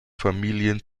familien